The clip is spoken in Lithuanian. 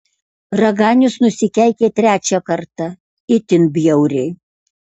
raganius nusikeikė trečią kartą itin bjauriai